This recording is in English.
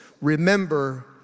Remember